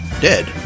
dead